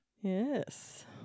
Yes